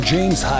James